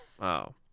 Wow